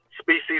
species